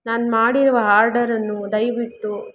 ನಾನು ಮಾಡಿರುವ ಆರ್ಡರನ್ನು ದಯವಿಟ್ಟು